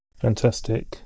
Fantastic